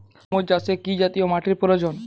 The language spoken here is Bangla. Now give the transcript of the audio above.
তরমুজ চাষে কি জাতীয় মাটির প্রয়োজন?